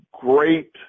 great